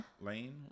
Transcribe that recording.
lane